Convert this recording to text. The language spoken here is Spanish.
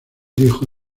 dijo